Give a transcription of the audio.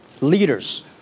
leaders